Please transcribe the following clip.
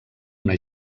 una